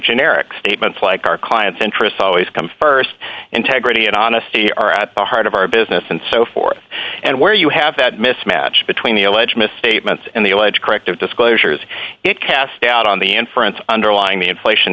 generic statements like our client's interests always come st integrity and honesty are at the heart of our business and so forth and where you have that mismatch between the alleged misstatements and the alleged corrective disclosures it casts doubt on the inference underlying the inflation